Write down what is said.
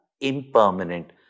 Impermanent